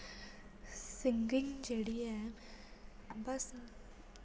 singing जेह्ड़ी ऐ बस